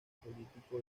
político